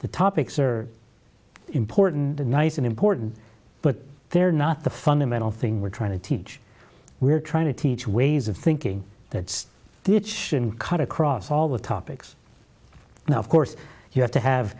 the topics are important and nice and important but they're not the fundamental thing we're trying to teach we're trying to teach ways of thinking that the itch can cut across all the topics now of course you have to have